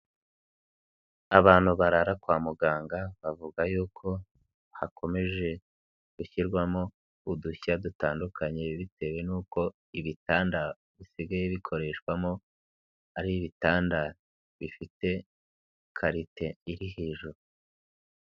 Abantu barara kwa muganga, bavuga yuko hakomeje gushyirwamo udushya dutandukanye bitewe n'uko ibitanda bisigaye bikoreshwamo, ari ibitandaza bifite karite iri hejuru.